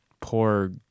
poor